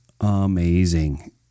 amazing